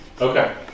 Okay